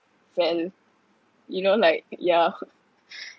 fell you know like yeah